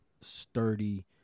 sturdy